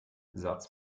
satz